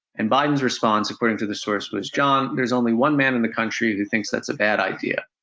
and biden's response, according to the source, was john, there's only one man in the country who thinks that's a bad idea,